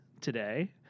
today